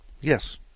Yes